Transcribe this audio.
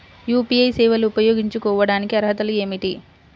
UPI సేవలు ఉపయోగించుకోటానికి అర్హతలు ఏమిటీ?